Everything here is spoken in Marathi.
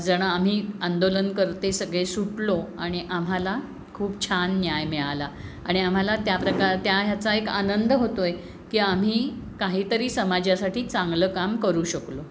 जण आम्ही आंदोलनकर्ते सगळे सुटलो आणि आम्हाला खूप छान न्याय मिळाला आणि आम्हाला त्याप्रकार त्या ह्याचा एक आनंद होतो आहे की आम्ही काहीतरी समाजासाठी चांगलं काम करू शकलो